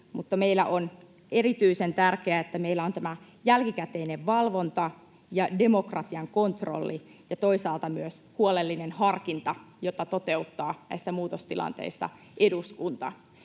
mutta on erityisen tärkeää, että meillä on tämä jälkikäteinen valvonta ja demokratian kontrolli ja toisaalta myös huolellinen harkinta, jota toteuttaa näissä muutostilanteissa eduskunta.